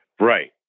Right